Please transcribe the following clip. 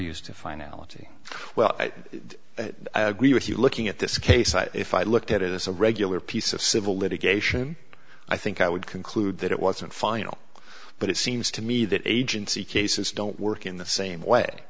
used to finality well i agree with you looking at this case if i looked at it as a regular piece of civil litigation i think i would conclude that it wasn't final but it seems to me that agency cases don't work in the same way